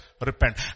repent